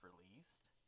released